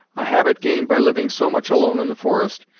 a habit gained by living so much alone in the forest,